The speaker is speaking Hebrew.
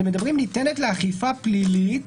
"פעילות כלכלית ניתנת לאכיפה פלילית".